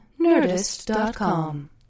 nerdist.com